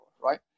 right